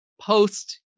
post